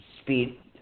speed